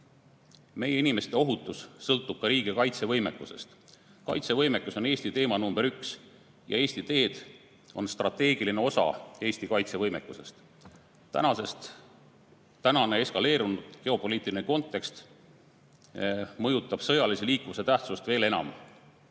hind. Meie inimeste ohutus sõltub ka riigi kaitsevõimest. Kaitsevõime on Eesti teema nr 1 ja Eesti teed on strateegiline osa Eesti kaitsevõimest. Tänane eskaleerunud geopoliitiline kontekst mõjutab sõjalise liikuvuse tähtsust veel enam.